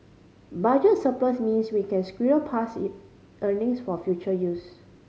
budget surplus means we can squirrel past E earnings for future use